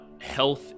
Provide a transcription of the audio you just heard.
health